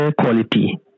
quality